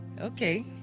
Okay